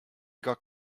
got